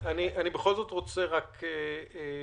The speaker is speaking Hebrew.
אני בכל זאת רוצה רק להבין,